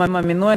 המינוי.